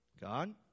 God